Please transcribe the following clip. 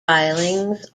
tilings